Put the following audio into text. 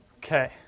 Okay